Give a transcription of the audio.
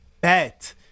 bet